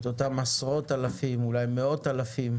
את אותם עשרות אלפים, אולי מאות אלפים,